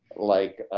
like